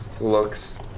Looks